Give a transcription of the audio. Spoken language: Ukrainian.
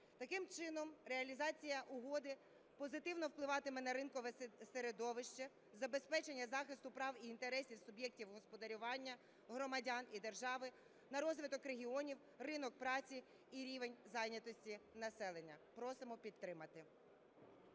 Таким чином, реалізація угоди позитивно впливатиме на ринкове середовище, забезпечення захисту прав і інтересів суб'єктів господарювання, громадян і держави, на розвиток регіонів, ринок праці і рівень зайнятості населення. Просимо підтримати.